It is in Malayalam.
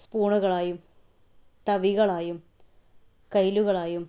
സ്പൂണുകളായും തവികളായും കൈലുകളായും